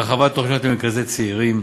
הרחבת תוכניות למרכזי צעירים,